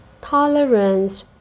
Tolerance